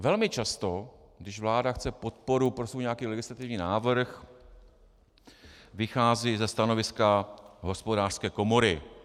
Velmi často, když vláda chce podporu pro nějaký svůj legislativní návrh, vychází ze stanoviska Hospodářské komory.